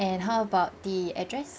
and how about the address